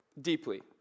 deeply